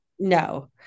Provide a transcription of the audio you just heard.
no